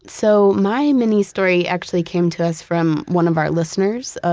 so, my mini-story actually came to us from one of our listeners,